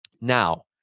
Now